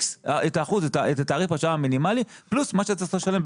את תעריף השעה המינימלי פלוס מה שאתה צפוי לשלם.